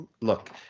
Look